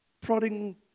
prodding